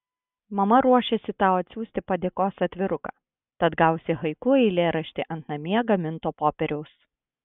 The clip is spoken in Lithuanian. mama ruošiasi tau atsiųsti padėkos atviruką tad gausi haiku eilėraštį ant namie gaminto popieriaus